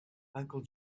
uncle